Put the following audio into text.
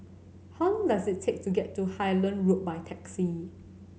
how long does it take to get to Highland Road by taxi